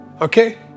okay